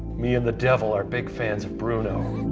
me and the devil are big fans of bruno.